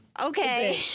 Okay